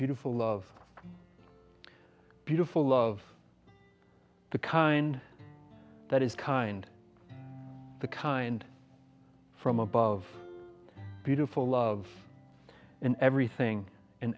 beautiful love beautiful love the kind that is kind the kind from above beautiful love and everything and